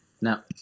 Now